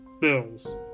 bills